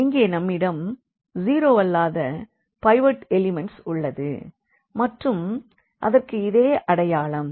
இங்கே நம்மிடம் ஜீரோவல்லாத பைவோட் எலிமண்ட்ஸ் உள்ளது மற்றும் அதற்கு இதே அடையாளம்